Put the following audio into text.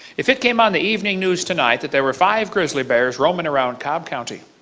if it came on the evening news tonight that there were five grizzly bears roaming around cobb county.